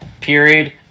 period